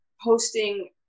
hosting